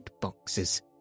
boxes